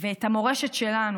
ואת המורשת שלנו,